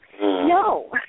No